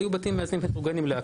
היו בתים מאזנים לכול.